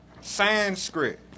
Sanskrit